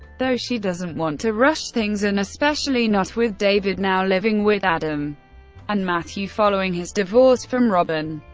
though she doesn't want to rush things and especially not with david now living with adam and matthew following his divorce from robyn.